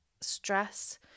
stress